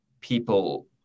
people